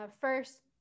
first